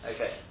Okay